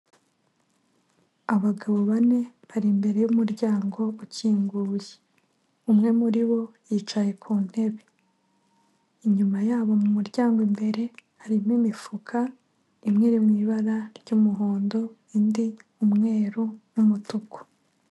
Abagabo bane bari imbere yumuryango ukinguye umwe muri bo yicaye ku ntebe inyuma yabo mu muryango imbere harimo imifuka imwe ir, imwibara ry'umuhondo indi umweru n'umutuku.